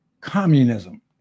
communism